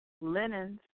linens